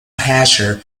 asher